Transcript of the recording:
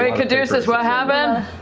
i mean caduceus, what happened?